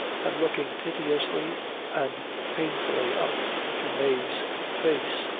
and looking piteously and painfully up into mave's face,